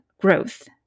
growth